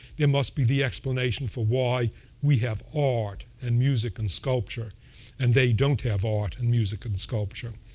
there must be the explanation for why we have art and music and sculpture and they don't have art and music and sculpture.